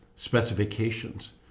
specifications